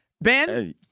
Ben